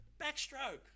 backstroke